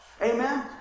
Amen